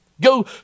Go